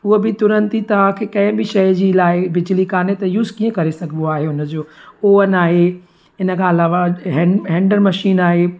उहा बि तुरंत ई तव्हांखे कंहिं बि शइ जी लाइ बिजली कान्हे त यूस कीअं करे सघिबो आहे हुन जो ओवन आहे इन खां अलावा हैंड हैंडर मशीन आहे